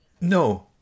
No